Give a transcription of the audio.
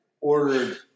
ordered